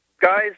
guys